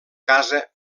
casa